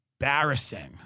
embarrassing